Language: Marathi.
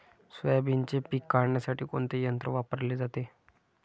सोयाबीनचे पीक काढण्यासाठी कोणते यंत्र वापरले जाते?